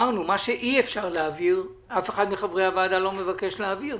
את מה שאי אפשר להעביר אף אחד לא מבקש להעביר.